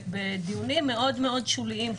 בדיונים מאוד מאוד שוליים,